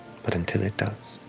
but until it does,